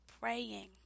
praying